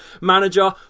manager